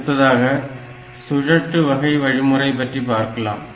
அடுத்ததாக சுழற்று வகை வழிமுறை பற்றி பார்க்கலாம்